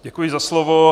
Děkuji za slovo.